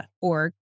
org